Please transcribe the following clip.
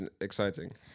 exciting